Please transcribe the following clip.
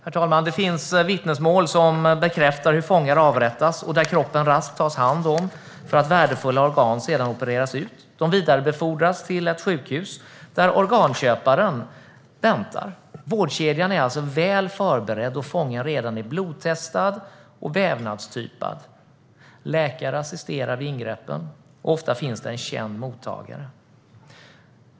Herr talman! Det finns vittnesmål som bekräftar att fångar avrättas och att kroppen snabbt tas om hand för att man ska kunna operera ut värdefulla organ. Organen vidarebefordras till ett sjukhus där organköparen väntar. Vårdkedjan är alltså väl förberedd; fången har redan genomgått blodtest och test för vävnadstyp. Läkare assisterar vid ingreppen, och ofta finns det en känd mottagare.